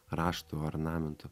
raštu ornamentu